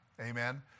amen